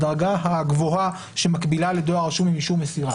הדרגה הגבוהה שמקבילה לדואר רשום עם אישור מסירה.